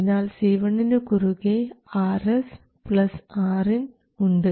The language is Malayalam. അതിനാൽ C1 നു കുറുകെ Rs പ്ലസ് Rin ഉണ്ട്